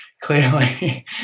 clearly